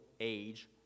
age